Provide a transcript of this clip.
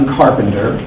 carpenter